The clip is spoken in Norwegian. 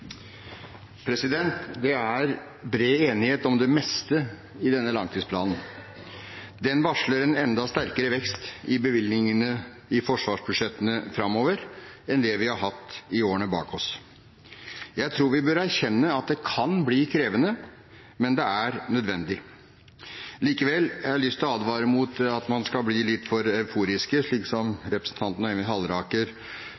Det er bred enighet om det meste i denne langtidsplanen. Den varsler en enda sterkere vekst i bevilgningene i forsvarsbudsjettene framover enn det vi har hatt i årene bak oss. Jeg tror vi bør erkjenne at det kan bli krevende – men det er nødvendig. Likevel: Jeg har lyst til å advare mot at man blir litt for euforiske, slik